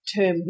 term